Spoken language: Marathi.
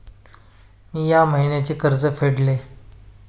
मी या महिन्याचे कर्ज फेडले